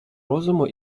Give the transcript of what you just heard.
розуму